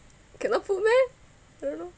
cannot put meh I don't know